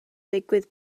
digwydd